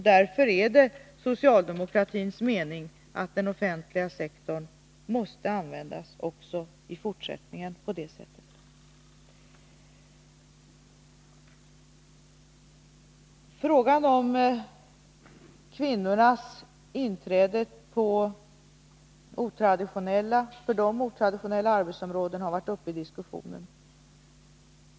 Det är socialdemokratins mening att den offentliga sektorn även i fortsättningen måste utnyttjas på detta sätt. Frågan om kvinnornas inträde på för dem otraditionella arbetsområden har varit uppe i diskussionen.